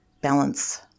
balance